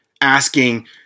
asking